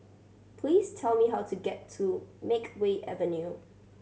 please tell me how to get to Makeway Avenue